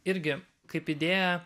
irgi kaip idėja